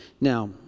Now